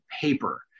paper